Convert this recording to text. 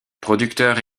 producteurs